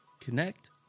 Connect